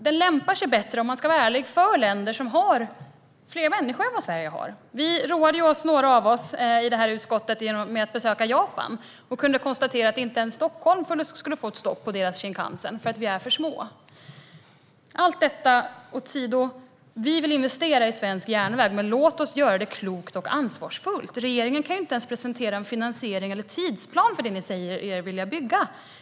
Den lämpar sig ärligt talat mer för länder som har fler människor än vad Sverige har. Några av oss i utskottet roade oss med att besöka Japan. Vi kunde konstatera att inte ens Stockholm skulle få ett stopp med deras Shinkansen, för vi är för små. Allt detta åsido vill vi investera i svensk järnväg, men låt oss göra det klokt och ansvarsfullt! Regeringen kan inte ens presentera en finansiering eller tidsplan för det ni säger er vilja bygga.